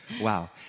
Wow